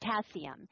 potassium